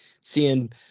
seeing